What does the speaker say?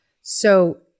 So-